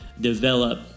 develop